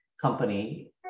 company